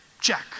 check